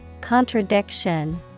Contradiction